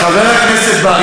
חבר הכנסת בר,